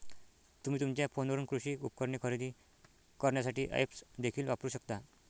तुम्ही तुमच्या फोनवरून कृषी उपकरणे खरेदी करण्यासाठी ऐप्स देखील वापरू शकता